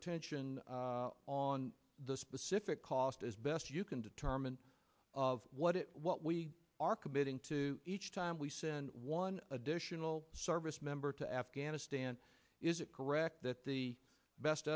attention on the specific cost as best you can determine what it what we are committing to each time we send one additional service member to afghanistan is it correct that the best